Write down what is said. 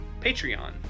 Patreon